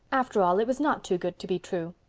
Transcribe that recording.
after all, it was not too good to be true.